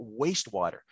wastewater